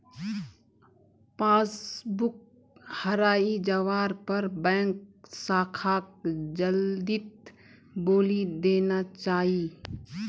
passbook हराई जवार पर बैंक शाखाक जल्दीत बोली देना चाई